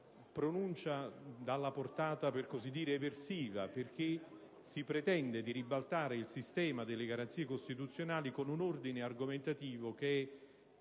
pronuncia dalla portata per così dire eversiva: si pretende infatti di ribaltare il sistema delle garanzie costituzionali con un ordine argomentativo che è